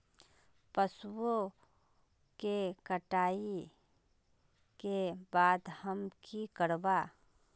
पशुओं के कटाई के बाद हम की करवा?